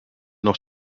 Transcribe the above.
noch